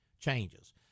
changes